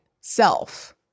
self